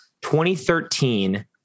2013